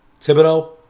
Thibodeau